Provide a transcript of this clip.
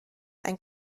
einen